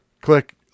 Click